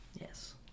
Yes